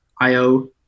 IO